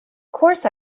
course